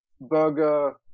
burger